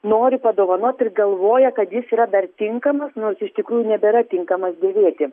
nori padovanot ir galvoja kad jis yra dar tinkamas nors iš tikrųjų nebėra tinkamas dėvėti